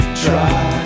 try